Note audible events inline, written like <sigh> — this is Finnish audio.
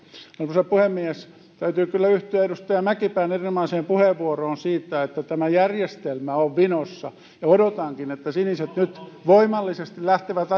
arvoisa puhemies täytyy kyllä yhtyä edustaja mäkipään erinomaiseen puheenvuoroon siitä että tämä järjestelmä on vinossa ja odotankin että siniset nyt voimallisesti lähtevät <unintelligible>